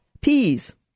Peas